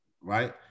right